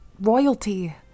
royalty